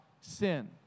sin